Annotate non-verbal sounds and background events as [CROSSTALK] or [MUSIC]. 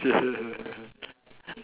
[LAUGHS]